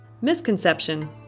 Misconception